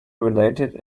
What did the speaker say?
related